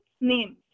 names